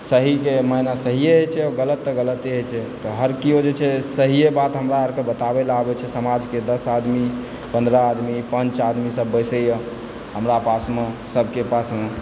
सहीके मायने सहिए अछि आ गलतके गलते होइ छै तऽ हर केओ जे छै सहिए बात हमरा अरके बताबय ला आबय छै समाजके दस आदमी पन्द्रह आदमी पाँच आदमी सब बसिके से हमरा पासमऽ सभके पासमऽ